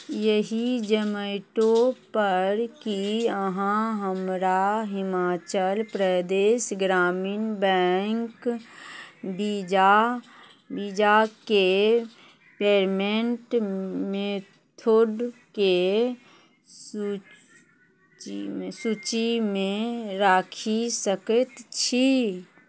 एहि जोमेटो पर की अहाँ हमरा हिमाचल प्रदेश ग्रामीण बैंक वीजा वीजाके पेमेंट मेथोडके सूचीमे सूचीमे राखि सकैत छी